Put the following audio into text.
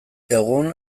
egun